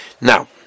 Now